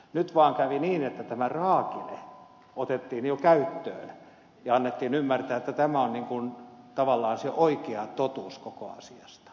nyt vaan kävi niin että tämä raakile otettiin jo käyttöön ja annettiin ymmärtää että tämä on tavallaan se oikea totuus koko asiasta